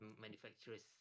manufacturers